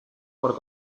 por